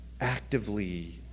actively